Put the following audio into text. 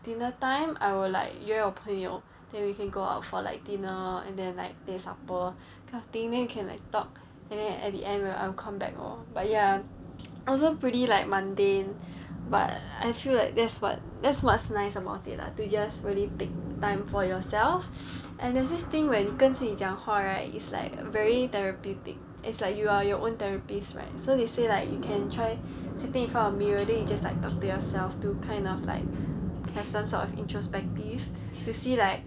dinner time I will like 约我朋友 then we can go out for like dinner and then like there's supper kind of thing then you can like talk and then at the end where I'll come back lor but ya I'm also pretty like mundane but I feel like that's what that's what's nice about it lah to just really take time for yourself and there's this thing when 妳跟自己讲话 right is like very therapeutic it's like you are your own therapist right so they say like you can try sitting for a mirror then you just like talk to yourself to kind of like have some sort of introspective to see like